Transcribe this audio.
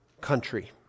country